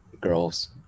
girls